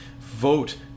vote